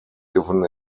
given